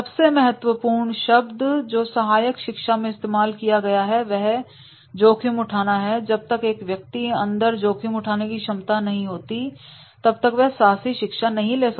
सबसे महत्वपूर्ण शब्द जो सहायक शिक्षा में इस्तेमाल किया गया है वह है जोखिम उठाना जब तक एक व्यक्ति के अंदर जोखिम उठाने की क्षमता नहीं होती तब तक वह साहसी शिक्षा नहीं ले सकता